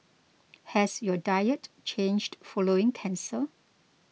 has your diet changed following cancer